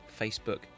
Facebook